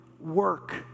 work